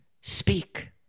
speak